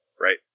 right